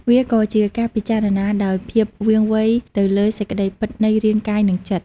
វាក៏ជាការពិចារណាដោយភាពវាងវៃទៅលើសេចក្តីពិតនៃរាងកាយនិងចិត្ត។